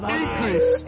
increase